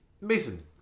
Mason